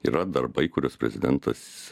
yra darbai kuriuos prezidentas